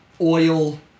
oil